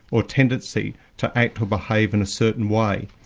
or tendency, to act or behave in a certain way.